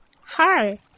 Hi